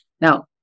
Now